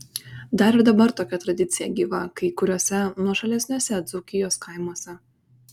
dar ir dabar tokia tradicija gyva kai kuriuose nuošalesniuose dzūkijos kaimuose